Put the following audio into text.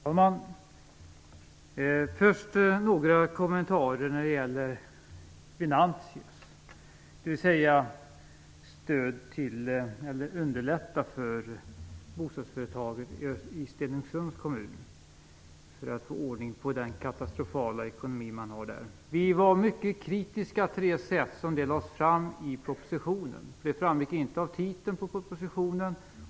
Herr talman! Först vill jag göra några kommentarer när det gäller Venantius, dvs. det statliga kreditmarknadsbolag som skall underlätta för bostadsföretaget i Stenungsunds kommun att få ordning på den katastrofala ekonomi som man har där. Vi var mycket kritiska till det sätt på vilket detta lades fram i propositionen. Det framgick inte av titeln på propositionen.